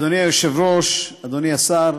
אדוני היושב-ראש, אדוני השר,